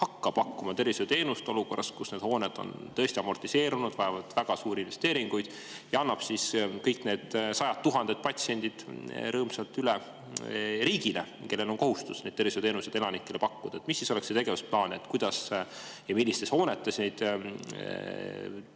hakka enam pakkuma tervishoiuteenust olukorras, kus need hooned on tõesti amortiseerunud ning vajavad väga suuri investeeringuid, ja annab siis kõik need sajad tuhanded patsiendid rõõmsalt üle riigile, kellel on kohustus tervishoiuteenuseid elanikele pakkuda? Mis oleks see tegevusplaan, kuidas ja millistes hoonetes neid